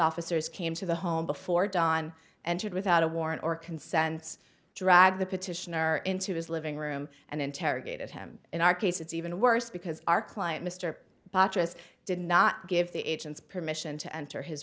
officers came to the home before dawn entered without a warrant or consents dragged the petitioner into his living room and interrogated him in our case it's even worse because our client mr bachus did not give the agent's permission to enter his